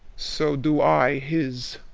so do i his.